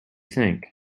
think